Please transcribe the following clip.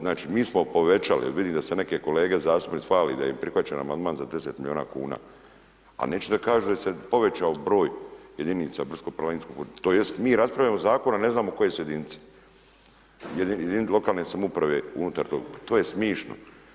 Znači mi smo povećali jel vidim da se neke kolege zastupnici hvale da im je prihvaćen amandman za 10 miliona kuna, a neće da kažu da se povećao broj jedinica brdsko-planinsko tj. mi raspravljamo zakon, a ne znamo koje su jedinice lokalne samouprave unutar tog, to je smišno.